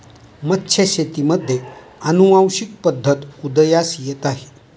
मत्स्यशेतीमध्ये अनुवांशिक पद्धत उदयास येत आहे